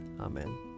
Amen